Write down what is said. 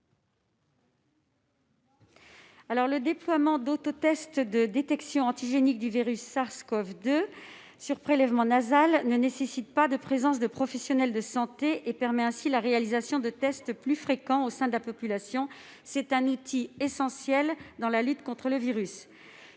Le déploiement d'autotests de détection antigénique du virus SARS-CoV-2 par prélèvement nasal ne nécessite pas la présence de professionnels de santé, ce qui permet la réalisation de tests plus fréquents au sein de la population. Il s'agit d'un outil essentiel dans la lutte contre le virus.